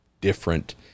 different